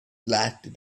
lasted